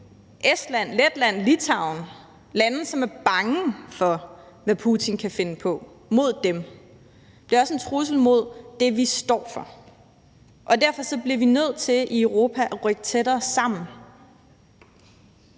Estland, Letland, Litauen, lande, som er bange for, hvad Putin kan finde på mod dem. Det er også en trussel imod det, vi står for, og derfor bliver vi nødt til i Europa at rykke tættere sammen.